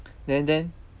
then then